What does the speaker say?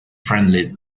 friendly